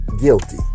guilty